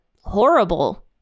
horrible